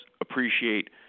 appreciate